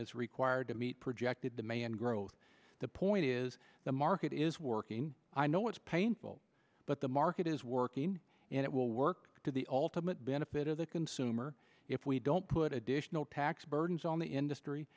is required to meet projected demand growth the point is the market is working i know it's painful but the market is working and it will work to the ultimate benefit of the consumer if we don't put additional tax burdens on the industry